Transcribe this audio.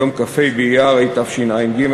יום כ"ה באייר התשע"ג.